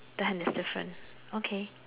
the hand is different okay